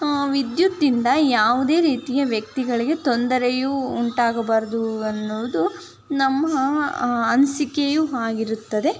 ವಿದ್ಯುತ್ತಿಂದ ಯಾವುದೇ ರೀತಿಯ ವ್ಯಕ್ತಿಗಳಿಗೆ ತೊಂದರೆಯು ಉಂಟಾಗಬಾರದು ಅನ್ನೋದು ನಮ್ಮ ಅನಿಸಿಕೆಯೂ ಆಗಿರುತ್ತದೆ